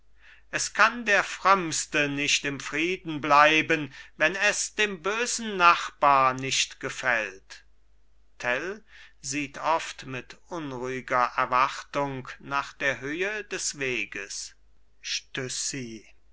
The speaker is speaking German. es kann der frömmste nicht im frieden bleiben wenn es dem bösen nachbar nicht gefällt tell sieht oft mit unruhiger erwartung nach der höhe des weges